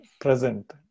present